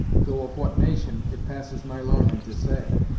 though of what nation, it passes my l'arnin' to say.